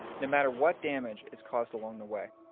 no matter what damage is caused along the way.